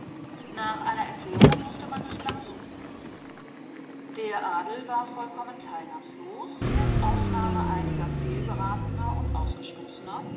nach einer erklärung mußte man nicht lange suchen der adel war vollkommen teilnahmlos mit ausnahme einiger fehlgeratener und ausgestoßener